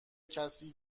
کسی